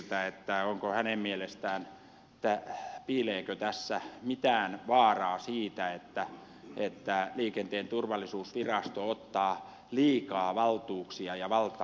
piileekö tässä hänen mielestään mitään vaaraa siitä että liikenteen turvallisuusvirasto ottaa liikaa valtuuksia ja valtaa käsiinsä